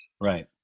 right